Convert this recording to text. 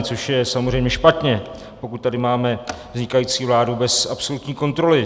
Což je samozřejmě špatně, pokud tady máme vznikající vládu bez absolutní kontroly.